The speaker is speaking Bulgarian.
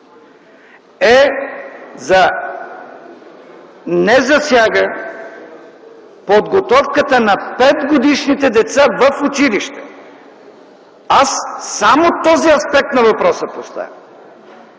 не засяга подготовката на петгодишните деца в училище. Аз само този аспект на въпроса поставям.